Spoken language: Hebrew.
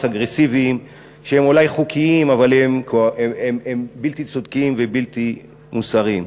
אגרסיביים שהם אולי חוקיים אבל הם בלתי צודקים ובלתי מוסריים.